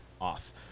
off